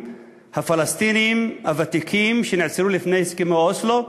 הפלסטינים הוותיקים שנעצרו לפני הסכמי אוסלו,